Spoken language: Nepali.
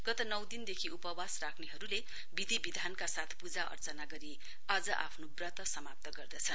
गत नौ दिनदेखि उपवास राख्रेहरुले विधि विधानका साथ पूजा अर्चना गरी आज आफ्नो ब्रत समाप्त गर्दछन्